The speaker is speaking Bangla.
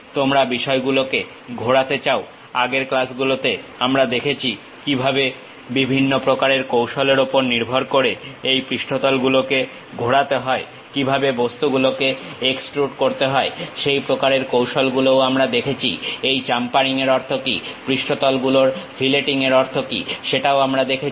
তোমরা বিষয়গুলোকে ঘোরাতে চাও আগের ক্লাসগুলোতে আমরা দেখেছি কিভাবে বিভিন্ন প্রকারের কৌশলের ওপর নির্ভর করে এই পৃষ্ঠতল গুলোকে ঘোরাতে হয় কিভাবে বস্তুগুলোকে এক্সট্রুড করতে হয় সেই প্রকারের কৌশলগুলোও আমরা দেখেছি এই চাম্পারিং এর অর্থ কি পৃষ্ঠতল গুলোর ফিলেটিং এর অর্থ কি সেটাও আমরা দেখেছি